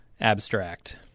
abstract